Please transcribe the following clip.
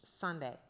Sunday